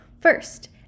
First